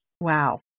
Wow